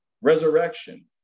resurrection